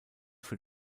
für